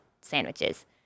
sandwiches